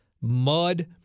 mud